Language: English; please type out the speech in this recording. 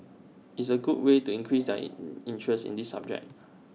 it's A good way to increase their interest in this subject